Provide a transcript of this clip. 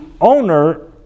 owner